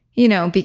you know, but